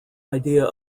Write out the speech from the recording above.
idea